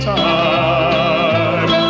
time